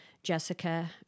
jessica